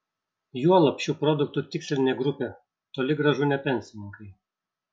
juolab šių produktų tikslinė grupė toli gražu ne pensininkai